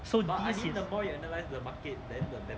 so this is